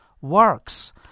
works